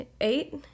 eight